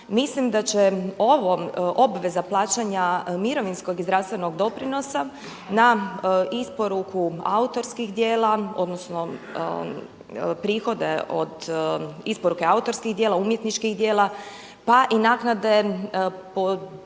mislim da će ovo, obveza plaćanja mirovinskog i zdravstvenog doprinosa na isporuku autorskih djela, odnosno prihode od isporuke autorskih djela, umjetničkih djela pa i naknade po